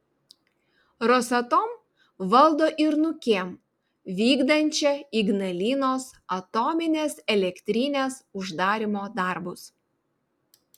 rosatom valdo ir nukem vykdančią ignalinos atominės elektrinės uždarymo darbus